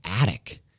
attic